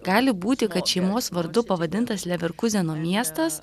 gali būti kad šeimos vardu pavadintas leverkuzeno miestas